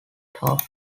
half